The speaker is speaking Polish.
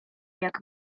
jak